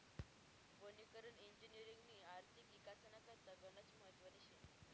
वनीकरण इजिनिअरिंगनी आर्थिक इकासना करता गनच महत्वनी शे